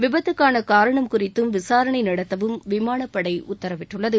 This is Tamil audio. விபத்துக்கான காரணம் குறித்தும் விசாரணை நடத்தவும் விமானப்படை உத்தரவிட்டுள்ளது